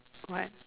correct